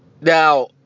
Now